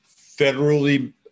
federally